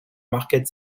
market